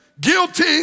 guilty